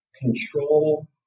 control